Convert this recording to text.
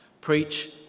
Preach